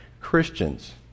Christians